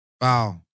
Wow